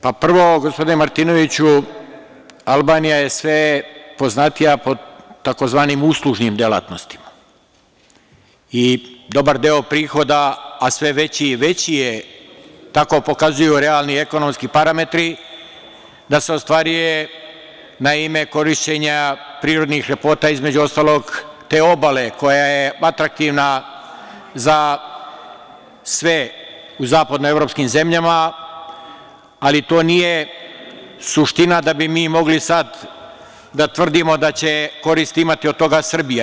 Prvo, gospodine Martinoviću, Albanija je sve poznatija po tzv. uslužnim delatnostima i dobar deo prihoda, a sve veći i veći je, tako pokazuju realni ekonomski parametri, da se ostvaruje na ime korišćenja prirodnih lepota, između ostalog, te obale koja je atraktivna za sve u zapadno-evropskim zemljama, ali to nije suština da bi mi mogli sad da tvrdimo da će korist imati od toga Srbija.